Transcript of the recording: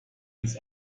ins